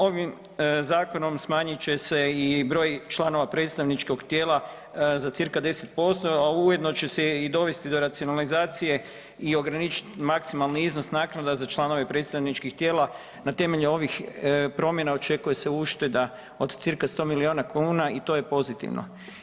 Ovim zakonom smanjit će se i broj članova predstavničkog tijela za cca 10%, a ujedno će dovesti do racionalizacije i ograničiti maksimalni iznos naknada za članove predstavničkih tijela na temelju ovih promjena očekuje se ušteda od cca 100 milijuna kuna i to je pozitivno.